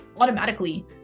automatically